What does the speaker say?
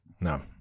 No